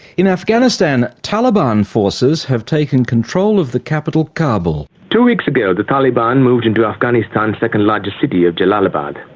in afghanistan, taliban forces have taken control of the capital, kabul. two weeks ago, the taliban moved into afghanistan's second largest city of jellalabad.